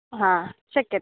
हा शक्यते